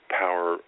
power